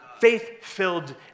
faith-filled